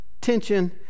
Tension